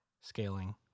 scaling